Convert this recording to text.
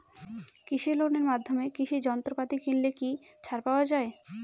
কৃষি লোনের মাধ্যমে কৃষি যন্ত্রপাতি কিনলে কি ছাড় পাওয়া যায়?